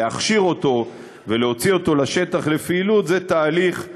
להכשיר אותו ולהוציא אותו לשטח לפעילות זה תהליך,